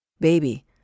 Baby